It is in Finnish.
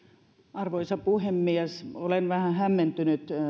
arvoisa puhemies olen vähän hämmentynyt